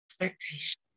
expectation